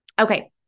Okay